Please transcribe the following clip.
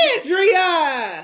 Andrea